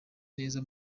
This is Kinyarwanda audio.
neza